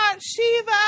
Shiva